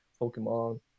Pokemon